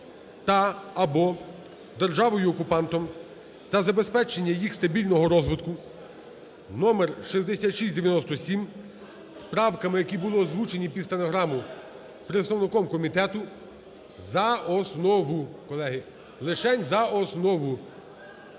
та/або державою окупантом та забезпечення їх стабільного розвитку (№6697) з правками, які були озвучені під стенограму представником комітету за основу, колеги, лишень за основу.